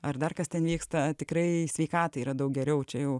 ar dar kas ten vyksta tikrai sveikatai yra daug geriau čia jau